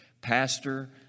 Pastor